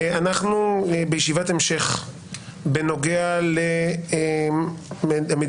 אנחנו בישיבת המשך בנוגע למדיניות